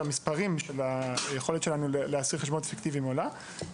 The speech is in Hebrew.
המספרים והיכולת שלנו להסיר חשבונות פיקטיביים עולים.